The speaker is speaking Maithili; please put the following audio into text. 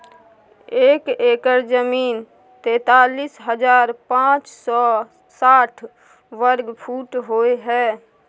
एक एकड़ जमीन तैंतालीस हजार पांच सौ साठ वर्ग फुट होय हय